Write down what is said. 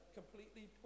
completely